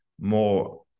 more